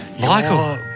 Michael